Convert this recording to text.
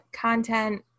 content